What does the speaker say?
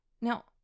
Now